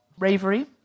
Ravery